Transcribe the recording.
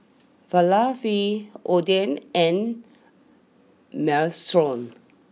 Falafel Oden and Minestrone